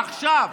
עכשיו.